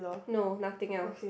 no nothing else